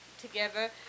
together